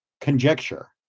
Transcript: conjecture